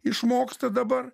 išmoksta dabar